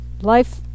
life